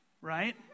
right